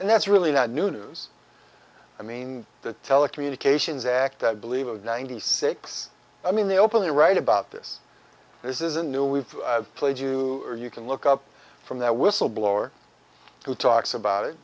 and that's really not new news i mean the telecommunications act i believe it was ninety six i mean they openly write about this this isn't new we've played you you can look up from that whistle blower who talks about it